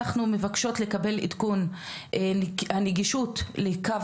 אנחנו מבקשות לקבל עדכון על הנגישות של קו